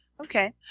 Okay